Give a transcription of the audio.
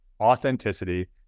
authenticity